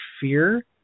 Fear